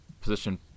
position